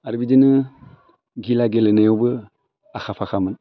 आरो बिदिनो घिला गेलेनायावबो आखा फाखामोन